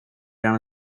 down